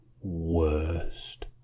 worst